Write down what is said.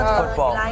football